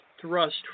thrust